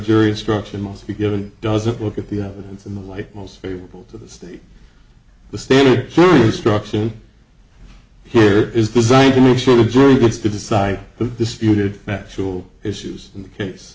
jury instruction must be given doesn't look at the evidence in the light most favorable to the state the standard instruction here is the sign to make sure the jury gets to decide the disputed factual issues in the case